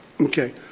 Okay